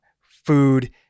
food